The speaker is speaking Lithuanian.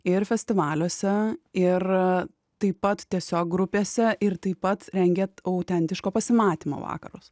ir festivaliuose ir taip pat tiesiog grupėse ir taip pat rengiat autentiško pasimatymo vakaras